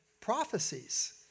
prophecies